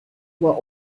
were